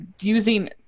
using